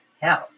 health